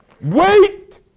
wait